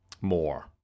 more